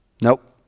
Nope